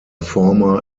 former